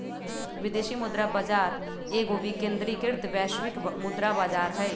विदेशी मुद्रा बाजार एगो विकेंद्रीकृत वैश्विक मुद्रा बजार हइ